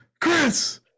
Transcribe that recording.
Chris